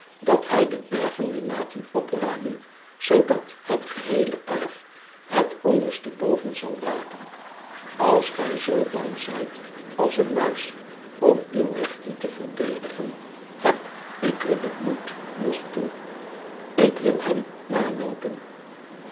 dat hij de bergen wil laten opruimen zoodat het geheele erf het onderste boven zal raken als gij zoo bang zijt als een muis om uw rechten te verdedigen heb ik er den moed nog toe ik wil hem naloopen